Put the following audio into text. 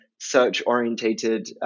search-orientated